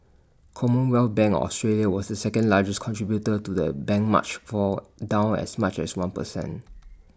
commonwealth bank of Australia was the second largest contributor to the benchmark's fall down as much as one percent